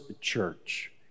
church